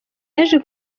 yaje